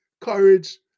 courage